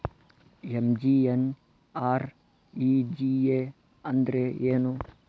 MGNREGA ಅಂದ್ರೆ ಏನು?